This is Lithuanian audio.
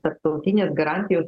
tarptautinės garantijos